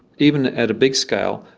even at a big scale,